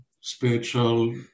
spiritual